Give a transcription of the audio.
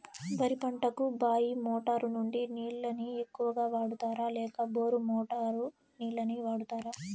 వరి పంటకు బాయి మోటారు నుండి నీళ్ళని ఎక్కువగా వాడుతారా లేక బోరు మోటారు నీళ్ళని వాడుతారా?